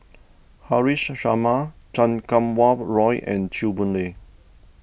Haresh Sharma Chan Kum Wah Roy and Chew Boon Lay